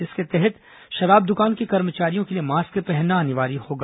इसके तहत शराब दुकान के कर्मचारियों के लिए मास्क पहनना अनिवार्य होगा